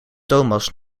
thomas